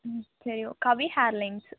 ம் சரி ஓ கவி ஹேர் லைன்ஸ்ஸு